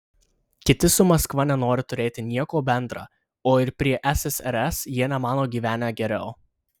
kiti su maskva nenori turėti nieko bendra o ir prie ssrs jie nemano gyvenę geriau